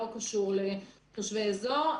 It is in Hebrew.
לא קשור לתושבי אזור,